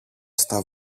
στα